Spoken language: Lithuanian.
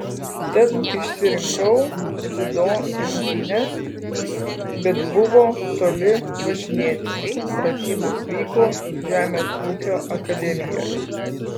tad išsirinkau dziudo imtynes bet buvo toli važinėti pratybos vyko žemės ūkio akademijoje